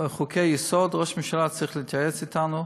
בחוקי-יסוד ראש הממשלה צריך להתייעץ איתנו.